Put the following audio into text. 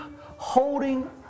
holding